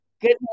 Good